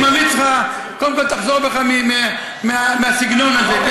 אני ממליץ לך, קודם כול תחזור בך מהסגנון הזה.